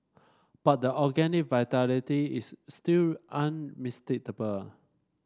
but the organic vitality is still unmistakable